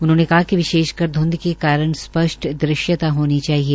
उन्होंने कहा कि विशेषकर ध्ंध के कारण स्पष्ट दृश्यता होनी चाहिए